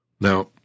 Now